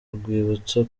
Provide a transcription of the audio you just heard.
rwibutso